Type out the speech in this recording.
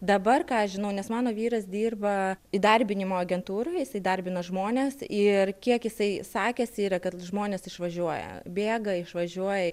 dabar ką aš žinau nes mano vyras dirba įdarbinimo agentūroj jis įdarbina žmones ir kiek jisai sakėsi yra kad žmonės išvažiuoja bėga išvažiuoja